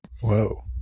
Whoa